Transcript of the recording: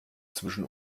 zwischen